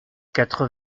quatre